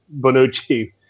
Bonucci